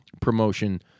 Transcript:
promotion